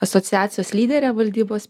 asociacijos lyderė valdybos